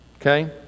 okay